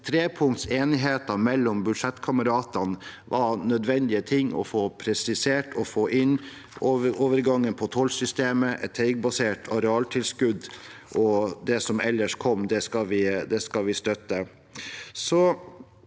trepunktsenigheten mellom budsjettkameratene var det nødvendige ting å få presisert og få inn. Overgangen på tollsystemet, et teigbasert arealtilskudd og det som ellers kom, skal vi støtte.